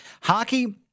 Hockey